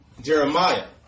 Jeremiah